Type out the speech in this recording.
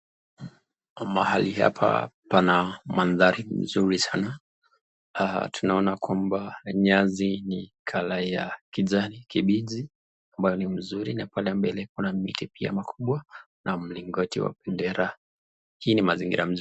Mahali hapa pana mandhari mzuri sana. Tunaona kwamba nyazi ni color ya kijani kibiji. Kabani mzuri na pale mbele kuna miti pia makubwa na mlingoti wa bendera. Hii ni mazingira mzuri.